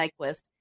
Nyquist